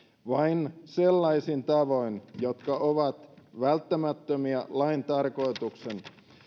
vain sellaisin tavoin jotka ovat välttämättömiä lain tarkoituksen